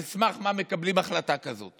על סמך מה מקבלים החלטה כזאת?